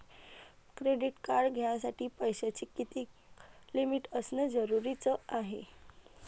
Credit card घ्यासाठी पैशाची कितीक लिमिट असनं जरुरीच हाय?